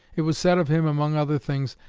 it was said of him, among other things,